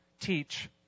teach